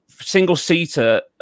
Single-seater